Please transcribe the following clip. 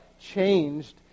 changed